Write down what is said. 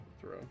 Throw